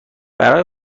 برای